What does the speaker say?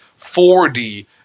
4D